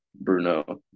Bruno